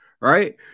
right